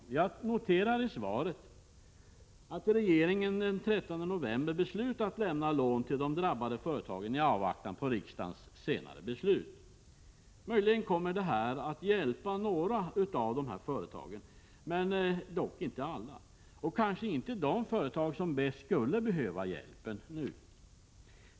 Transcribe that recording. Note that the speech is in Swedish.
E Jag noterar i svaret att regeringen den 13 november beslutat lämna lån till i å kommer detta att hjälpa några av dessa företag — dock inte alla — och kanske inte de företag som bäst skulle behöva hjälpen nu.